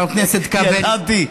חבר הכנסת כבל?